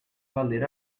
valer